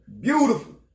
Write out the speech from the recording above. Beautiful